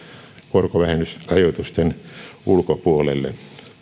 korkovähennysrajoitusten ulkopuolelle